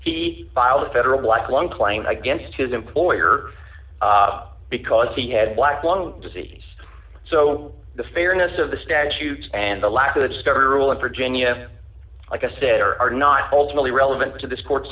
he filed a federal black lung claim against his employer because he had black lung disease so the fairness of the statute and the lack of the discovery rule in virginia i guess there are not ultimately relevant to this court's